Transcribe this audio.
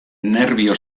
nerbio